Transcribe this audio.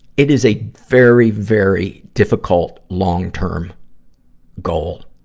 it is a very, very difficult, long-term goal.